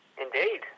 Indeed